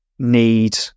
need